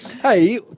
Hey